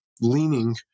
Leaning